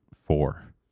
Four